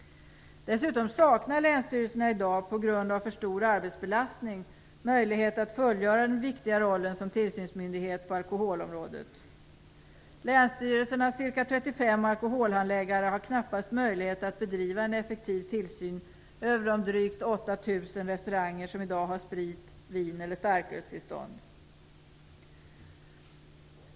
Dessutom saknar länsstyrelserna i dag, på grund av för stor arbetsbelastning, möjlighet att fullgöra den viktiga rollen som tillsynsmyndighet på alkoholområdet. Länsstyrelsernas cirka 35 alkoholhandläggare har knappast möjlighet att bedriva en effektiv tillsyn över de drygt 8 000 restauranger som i dag har sprit-, vineller starkölstillstånd.